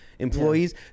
employees